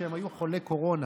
כשהם היו חולי קורונה.